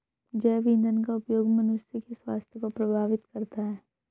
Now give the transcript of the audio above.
जैव ईंधन का उपयोग मनुष्य के स्वास्थ्य को प्रभावित करता है